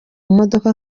modoka